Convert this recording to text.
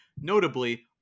notably